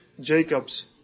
Jacob's